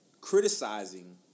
criticizing